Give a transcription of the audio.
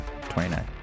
29